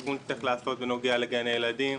בתיקון שצריך לעשות בנוגע לגני הילדים.